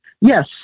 yes